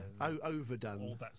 Overdone